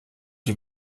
die